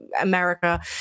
america